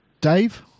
dave